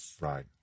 Right